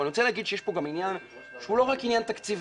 ואני רוצה להגיד שיש כאן עניין שהוא לא רק עניין תקציבי.